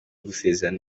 gusezerana